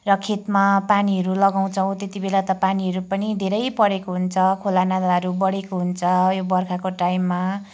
र खेतमा पानीहरू लगाउछौँ त्यति बेला त पानीहरू पनि धेरै परेको हुन्छ खोला नालाहरू बढोको हुन्छ यो बर्खाको टाइममा